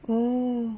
oh